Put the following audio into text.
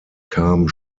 kam